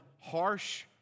harsh